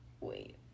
Wait